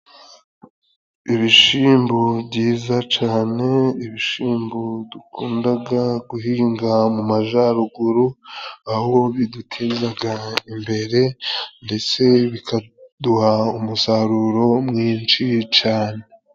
Ibishimbo byiza cane; ibishimbo dukundaga guhinga mu majaruguru, aho bidutezaga imbere ndetse bikaduha umusaruro mwinshi cane.